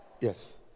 Yes